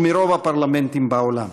ומרוב הפרלמנטים בעולם,